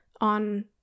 on